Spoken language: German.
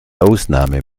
ausnahme